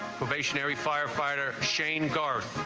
for visionary firefighter shane guard